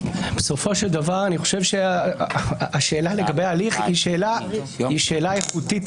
בסופו של דבר אני חושב שהשאלה לגבי ההליך היא שאלה איכותית,